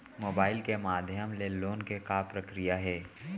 Mobile के माधयम ले लोन के का प्रक्रिया हे?